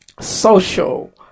social